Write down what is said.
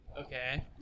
Okay